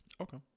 Okay